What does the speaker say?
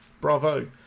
bravo